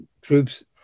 troops